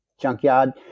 junkyard